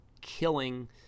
killing